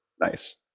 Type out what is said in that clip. nice